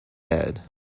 head